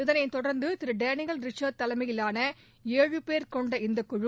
இதனைத் தொடர்ந்து திரு டேனியல் ரிக்ன்ட் தலைமையிலான ஏழு பேர் கொண்ட இந்த குழு